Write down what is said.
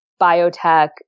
biotech